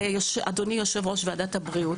ואדוני יושב-ראש, ועדת הבריאות,